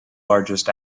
largest